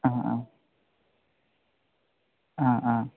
ആ ആ ആ ആ